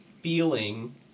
feeling